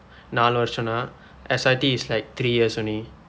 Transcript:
நாழு வருடம்னா:naazhu varudamnaa S_I_T is like three years only